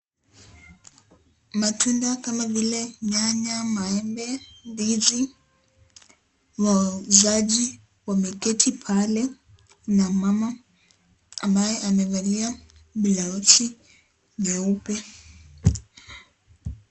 Matunda kama vile nyanya, maembe, ndizi. Wauzaji wameketi pale, kuna mumama ambaye amevalia blouse nyeupe.